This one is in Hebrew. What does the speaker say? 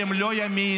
אבל תענה,